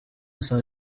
saa